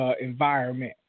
environment